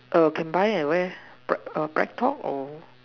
err can buy at where bread err bread talk or